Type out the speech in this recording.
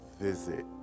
visit